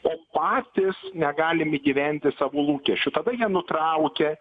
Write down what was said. o patys negalim įgyvendint savo lūkesčių tada jie nutraukia